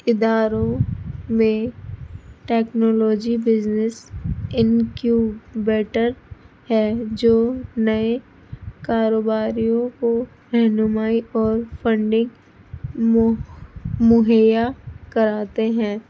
اداروں میں technology business incubator ہے جو نئے کاروباریوں کو رہنمائی اور فنڈنگ مہیا کراتے ہیں